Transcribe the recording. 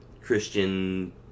Christian